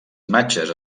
imatges